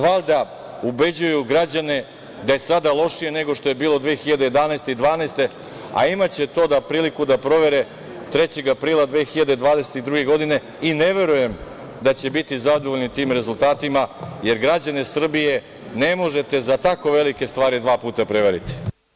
Valjda ubeđuju građane da je sada lošije nego što je bilo 2011. i 2012. godine, a imaće to priliku da provere 3. aprila 2022. godine, i ne verujem da će biti zadovoljni tim rezultatima, jer građane Srbije ne možete za tako velike stvari dva puta prevariti.